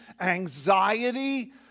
anxiety